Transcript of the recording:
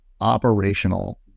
operational